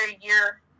year